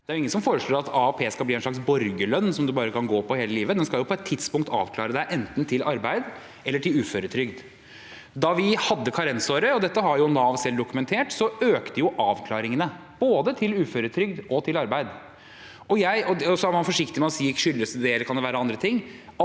Det er ingen som foreslår at AAP skal bli en slags borgerlønn man bare kan gå på hele livet, den skal på et tidspunkt avklare en enten til arbeid eller til uføretrygd. Da vi hadde karensåret – og dette har Nav selv dokumentert – økte avklaringene både til uføretrygd og til arbeid. Man er forsiktig med å si om det skyldes det, eller om det kan være andre ting,